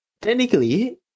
Technically